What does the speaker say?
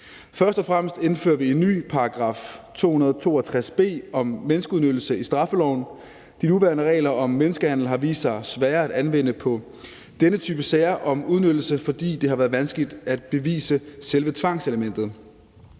Først og fremmest indfører vi en ny § 262 b om menneskeudnyttelse i straffeloven. De nuværende regler om menneskehandel har vist sig svære at anvende på denne type sager om udnyttelse, fordi det har været vanskeligt at bevise selve tvangselementet.